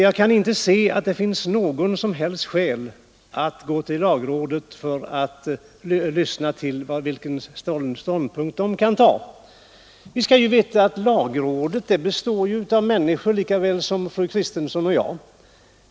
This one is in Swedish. Jag kan inte se att det finns något som helst skäl att gå till lagrådet för att lyssna till vilken ståndpunkt det kan inta. Lagrådet består ju av människor som fru Kristensson och jag.